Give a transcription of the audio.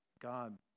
God